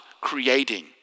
creating